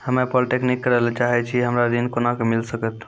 हम्मे पॉलीटेक्निक करे ला चाहे छी हमरा ऋण कोना के मिल सकत?